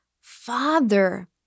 father